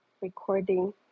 recording